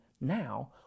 now